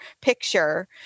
picture